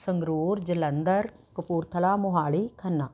Sangrur Jalandhar Kapurthala Mohali Khanna